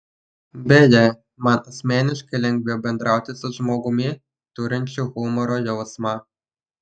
beje man asmeniškai lengviau bendrauti su žmogumi turinčiu humoro jausmą